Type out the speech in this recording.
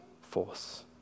force